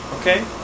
Okay